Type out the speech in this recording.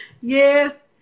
Yes